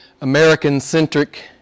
American-centric